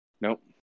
Nope